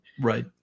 Right